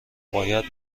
باید